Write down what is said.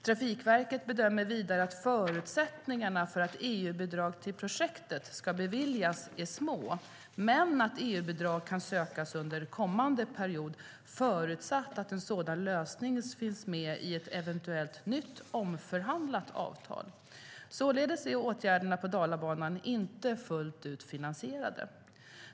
Trafikverket bedömer vidare att förutsättningarna för att EU-bidrag till projektet ska beviljas är små men att EU-bidrag kan sökas under kommande period förutsatt att en sådan lösning finns med i ett eventuellt nytt omförhandlat avtal. Således är åtgärderna på Dalabanan inte fullt finansierade.